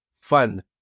fun